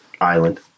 Island